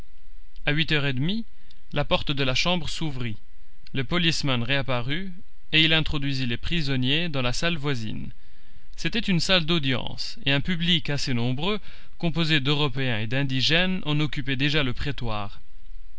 a huit heures et demie la porte de la chambre s'ouvrit le policeman reparut et il introduisit les prisonniers dans la salle voisine c'était une salle d'audience et un public assez nombreux composé d'européens et d'indigènes en occupait déjà le prétoire